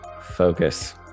focus